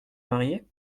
marier